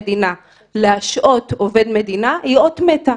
המדינה להשעות עובד מדינה היא אות מתה,